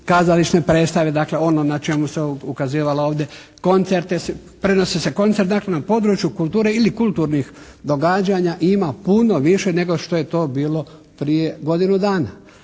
kazališne predstave, dakle ono na čemu se ukazivalo ovdje, prenose se koncerti. Dakle, na području kulture ili kulturnih događanja ima puno više nego što je to bilo prije godinu dana.